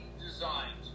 designed